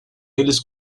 eles